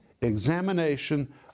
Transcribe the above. examination